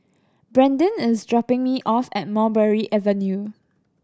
Brandin is dropping me off at Mulberry Avenue